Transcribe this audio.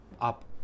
up